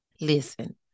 listen